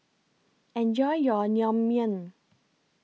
Enjoy your Naengmyeon